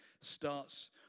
starts